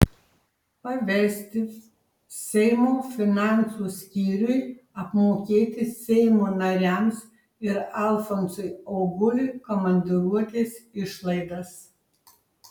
pavesti seimo finansų skyriui apmokėti seimo nariams ir alfonsui auguliui komandiruotės išlaidas